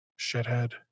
shithead